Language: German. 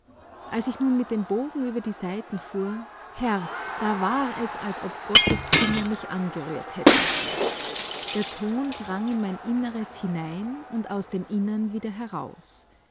als ich nun mit dem bogen über die saiten fuhr herr da war es als ob gottes finger mich angerührt hätte der ton drang in mein inneres hinein und aus dem innern wieder heraus